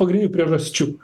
pagrindinių priežasčių